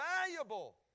valuable